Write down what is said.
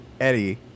Eddie